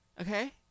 Okay